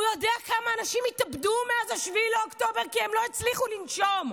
הוא יודע כמה אנשים התאבדו מאז 7 באוקטובר כי הם לא הצליחו לנשום?